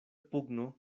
pugno